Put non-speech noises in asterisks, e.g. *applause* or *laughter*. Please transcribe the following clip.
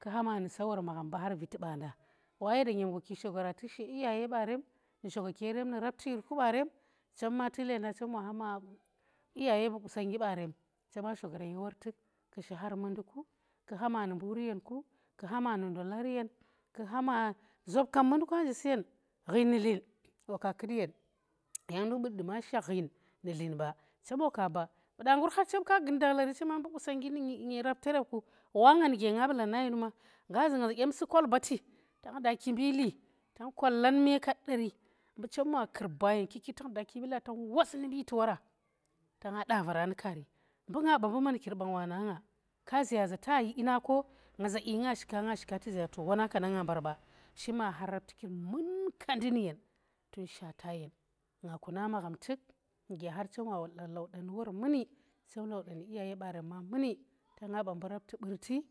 ku hama nu sawar magham mbu har viti wa yada nyem gwa ki shogora tuk she iyaye barem nuga ki yerem nu rapti yirku barem chem ma tuk lenda chem wa hama iyaye bu qusongnggi barem chema shogaran ye wor tuk kushi har mundi *noise* ku tuha ma nu mburi yen ku tu hama nu ndolar yen ku hama zop kam mbu nduke nje suyen ghui nu dlin wa ka kut yen yang nduk bu duma shakh ghen nu dlin ba chem wa kaba, fuda ngur har chemka gun dakhlari chema mbu qusongnggi nji n *noise* u rapterem ku wanga nuge nga balar na ye numa nga zu nga za dyem su kolbati tang da kimbuli tang kwalar me kaddari mbu chem wa kurba yen tang da kimbilya tang wosnu mbiti wora tanga da vaara nu kaari mbu nga ba mbu mankir bang wana nga kazu ya zata yi dyina ko ngaza i nga shi kaa nga shi kan tu zi ya za wana kanda mbar ba shima har raptu kir munkandi nu yen tun shata yen, nga kuna magham tuk nuge har chem wa woda laudar muni chem lauda nu war barem muni tanga ba rapti *noise* burti